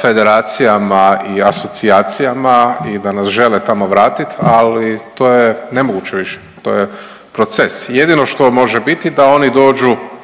federacijama i asocijacijama i da nas žele tamo vratit, ali to je nemoguće više, to je proces. Jedino što može biti da oni dođu